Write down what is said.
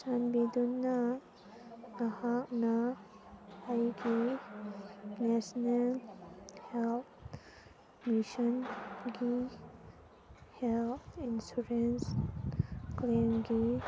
ꯆꯥꯟꯕꯤꯗꯨꯅ ꯅꯍꯥꯛꯅ ꯑꯩꯒꯤ ꯅꯦꯁꯅꯦꯜ ꯍꯦꯜꯠ ꯃꯤꯁꯟꯒꯤ ꯍꯦꯜꯠ ꯏꯟꯁꯨꯔꯦꯟꯁ ꯀ꯭ꯂꯦꯝꯒꯤ